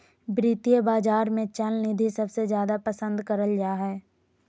वित्तीय बाजार मे चल निधि सबसे जादे पसन्द करल जा हय